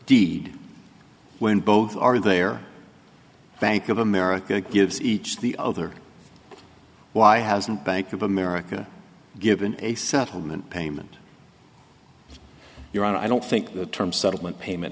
deed when both are there bank of america gives each the other why hasn't bank of america given a settlement payment your honor i don't think the term settlement payment